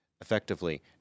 effectively